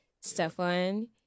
Stefan